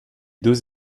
deux